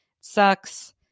Sucks